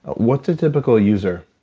what's a typical user?